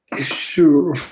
Sure